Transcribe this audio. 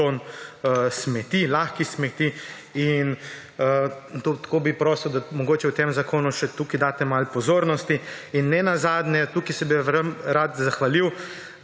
smeti, lahkih smeti in tako bi prosil, da mogoče v tem zakonu še tukaj daste malo pozornosti. Nenazadnje, tukaj bi se vam rad zahvalil,